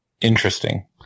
interesting